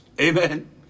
amen